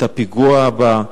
את הפיגוע הבא,